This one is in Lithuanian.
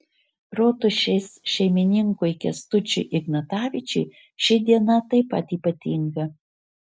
rotušės šeimininkui kęstučiui ignatavičiui ši diena taip pat ypatinga